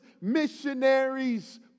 missionaries